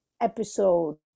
episode